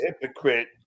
hypocrite